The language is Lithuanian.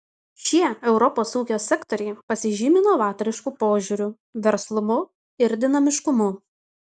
šie europos ūkio sektoriai pasižymi novatorišku požiūriu verslumu ir dinamiškumu